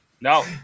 No